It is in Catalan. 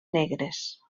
negres